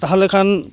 ᱛᱟᱦᱚᱞᱮ ᱠᱷᱟᱱ